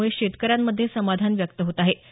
याबाबत शेतकऱ्यांमध्ये समाधान व्यक्त होत आहे